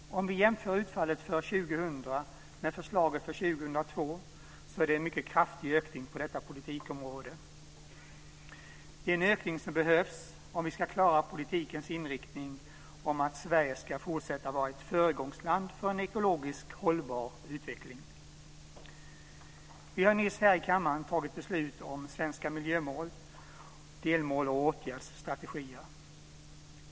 Om vi jämför utfallet för 2000 med förslaget för 2002 är det en mycket kraftig ökning på detta politikområde. Det är en ökning som behövs om vi ska klara politikens inriktning på att Sverige ska fortsätta vara ett föregångsland för en ekologiskt hållbar utveckling. Vi har nyss här i kammaren tagit beslut om svenska miljömål, delmål och åtgärdsstrategier.